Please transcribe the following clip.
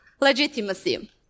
legitimacy